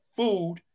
Food